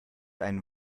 einen